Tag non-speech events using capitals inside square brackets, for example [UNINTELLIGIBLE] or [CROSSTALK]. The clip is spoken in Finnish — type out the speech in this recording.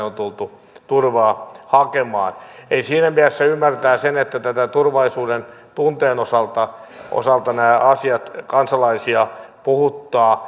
[UNINTELLIGIBLE] on tultu turvaa hakemaan eli siinä mielessä ymmärtää sen että turvallisuudentunteen osalta osalta nämä asiat kansalaisia puhuttavat [UNINTELLIGIBLE]